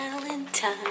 Valentine